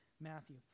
Matthew